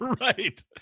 Right